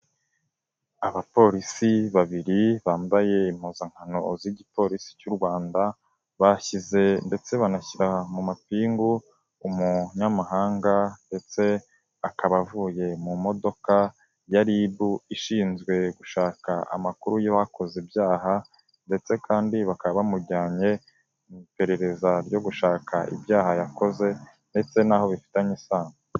Abapolisi babiri bambaye impuzankano z'igipolisi cy'u Rwanda, bashyize ndetse banashyira mu mapingu umunyamahanga, ndetse akaba avuye mu modoka ya RIB ishinzwe gushaka amakuru y'uwakoze ibyaha, ndetse kandi bakaba bamujyanye mu iperereza ryo gushaka ibyaha yakoze ndetse naho bifitanye isano.